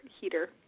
heater